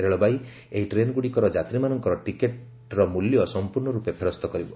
ରେଳବାଇ ଏହି ଟ୍ରେନ୍ଗୁଡ଼ିକର ଯାତ୍ରୀମାନଙ୍କର ଟିକେଟ୍ର ମୂଲ୍ୟ ସମ୍ପର୍ଣ୍ଣରପେ ପେରସ୍ତ କରିବ